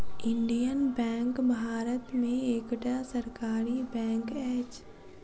Indian Bank Bharat में एकटा सरकारी बैंक अछि